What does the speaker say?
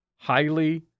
Highly